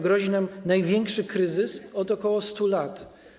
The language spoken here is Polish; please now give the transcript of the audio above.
Grozi nam największy kryzys od ok. 100 lat.